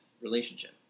relationship